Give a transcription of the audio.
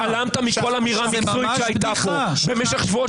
התעלמת מכל אמירה שהייתה כאן במשך שבועות